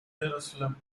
jerusalem